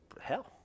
Hell